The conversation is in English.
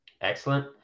Excellent